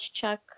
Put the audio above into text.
Chuck